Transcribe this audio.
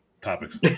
topics